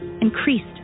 increased